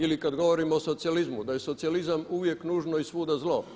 Ili kad govorim o socijalizmu da je socijalizam uvijek nužno i svuda zlo.